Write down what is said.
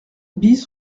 bis